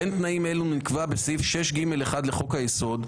בין תנאים אלו נקבע בסעיף 6(ג)(1) לחוק היסוד,